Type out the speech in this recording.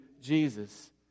Jesus